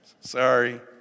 Sorry